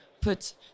put